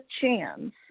chance